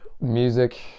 music